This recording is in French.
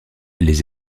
les